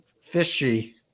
fishy